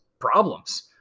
problems